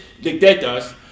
dictators